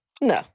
No